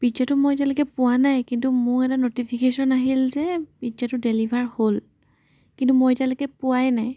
পিজ্জাটো মই এতিয়ালৈকে পোৱা নাই কিন্তু মোৰ এটা ন'টিফিকেশ্যন আহিল যে পিজ্জাটো ডেলিভাৰ হ'ল কিন্তু মই এতিয়ালৈকে পোৱাই নাই